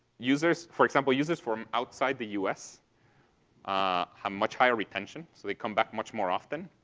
users for example, users from outside the us have much higher retention. so they come back much more often.